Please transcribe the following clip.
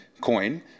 coin